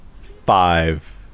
five